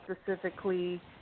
specifically